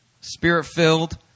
spirit-filled